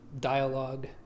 dialogue